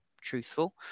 truthful